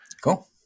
cool